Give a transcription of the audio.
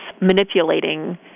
manipulating